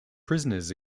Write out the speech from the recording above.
prisoners